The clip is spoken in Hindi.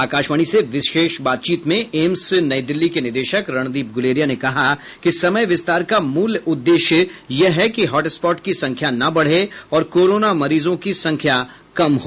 आकाशवाणी से विशेष बातचीत में एम्स नई दिल्ली के निदेशक रणदीप गुलेरिया ने कहा कि समय विस्तार का मूल उद्देश्य यह है कि हॉटस्पॉट की संख्या न बढ़े और कोरोना मरीजों की संख्या कम हो